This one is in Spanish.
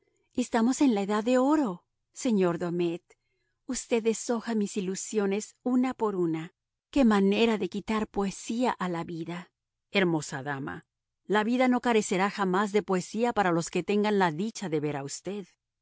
estamos en la edad de oro señor domet usted deshoja mis ilusiones una por una qué manera de quitar poesía a la vida hermosa dama la vida no carecerá jamás de poesía para los que tengan la dicha de ver a usted